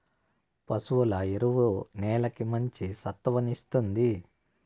పశువుల ఎరువు నేలకి మంచి సత్తువను ఇస్తుంది